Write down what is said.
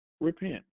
Repent